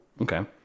Okay